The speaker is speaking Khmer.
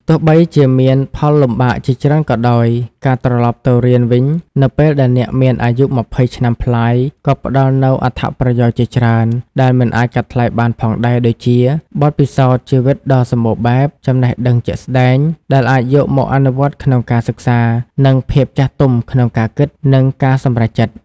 ទោះបីជាមានផលលំបាកជាច្រើនក៏ដោយ ការត្រឡប់ទៅរៀនវិញនៅពេលដែលអ្នកមានអាយុ ២០ ឆ្នាំប្លាយក៏ផ្តល់នូវ អត្ថប្រយោជន៍ជាច្រើន ដែលមិនអាចកាត់ថ្លៃបានផងដែរ ដូចជា បទពិសោធន៍ជីវិតដ៏សម្បូរបែប ចំណេះដឹងជាក់ស្តែង ដែលអាចយកមកអនុវត្តក្នុងការសិក្សា និង ភាពចាស់ទុំក្នុងការគិត និងការសម្រេចចិត្ត។